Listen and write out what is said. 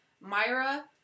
Myra